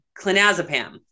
clonazepam